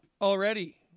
already